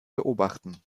beobachten